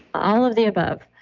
all of the above.